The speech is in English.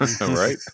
Right